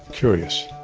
curious.